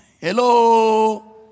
Hello